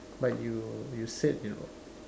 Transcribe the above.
but you you said you know